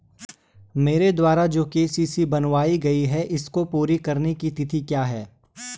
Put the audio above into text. मेरे द्वारा जो के.सी.सी बनवायी गयी है इसको पूरी करने की तिथि क्या है?